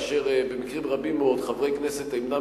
שבמקרים רבים מאוד חברי כנסת אינם